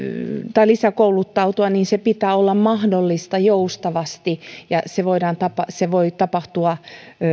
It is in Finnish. ja lisäkouluttautua sen pitää olla mahdollista joustavasti ja se voi tapahtua